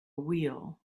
wheel